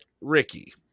Ricky